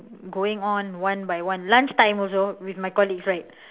going on one by one lunch time also with my colleagues right